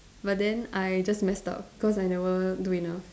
but then I just mess up cause I never do enough